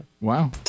wow